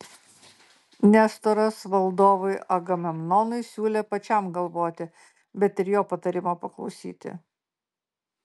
nestoras valdovui agamemnonui siūlė pačiam galvoti bet ir jo patarimo paklausyti